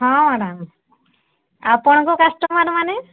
ହଁ ମାଡ଼ାମ୍ ଆପଣଙ୍କ କଷ୍ଟମର୍ମାନେ